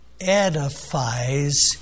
edifies